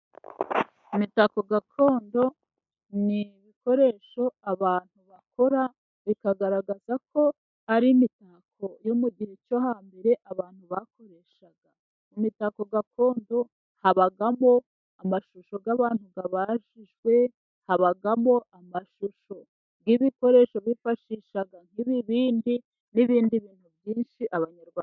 Imitako gakondo ni ibikoresho abantu bakora bikagaragazako ari imitako yo mu gihe cyo hambere abantu bakoreshaga. Imitako gakondo habagamo amashusho y'abantu abajijwe, habagamo amashusho y'ibikoresho bifashishaga nk'ibibindi, n'ibindi bintu byinshi Abanyarwanda ....